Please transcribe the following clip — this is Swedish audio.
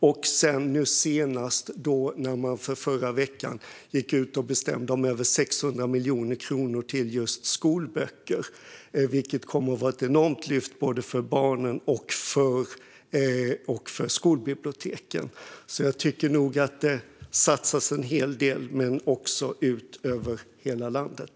Och så sent som i förra veckan gick man ut och bestämde om över 600 miljoner kronor till just skolböcker, vilket kommer att vara ett enormt lyft både för barnen och för skolbiblioteken. Jag tycker nog att det satsas en hel del också ute i hela landet.